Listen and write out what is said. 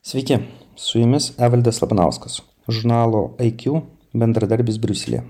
sveiki su jumis evaldas labanauskas žurnalo iq bendradarbis briuselyje